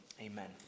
amen